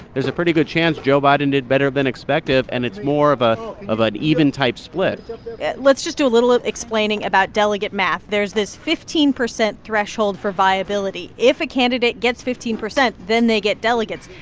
there's a pretty good chance joe biden did better than expected, and it's more of ah of an even-type split let's just do a little explaining about delegate math. there's this fifteen percent threshold for viability. if a candidate gets fifteen percent, then they get delegates.